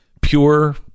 pure